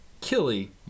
Killy